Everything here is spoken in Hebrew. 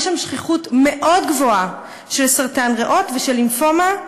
יש שם שכיחות מאוד גבוהה של סרטן הריאות ושל לימפומה,